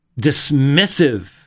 dismissive